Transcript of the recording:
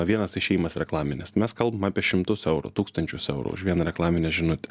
vienas išėjimas reklaminis mes kalbam apie šimtus eurų tūkstančius eurų už vieną reklaminę žinutę